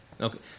Okay